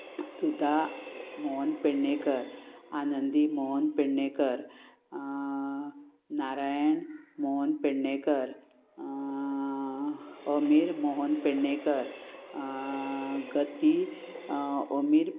Sudha Mohan Pednekar Anandi Mohan Pednekar Narayan Mohan Pednekar Amir Mohan Pednekar Gati Amir